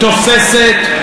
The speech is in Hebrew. תוססת.